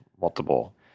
multiple